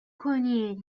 کنین